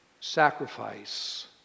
sacrifice